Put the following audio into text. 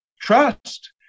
trust